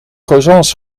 croissants